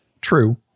True